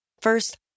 First